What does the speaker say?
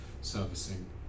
servicing